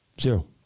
zero